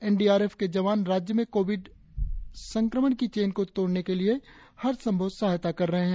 N D R F के जवान राज्य में कोविड संक्रमण की चेन को तोड़ने के लिए हर संभव सहायता कर रहे है